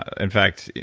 ah in fact,